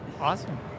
Awesome